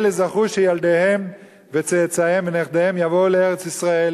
אלה זכו שילדיהם וצאצאיהם ונכדיהם יבואו לארץ-ישראל,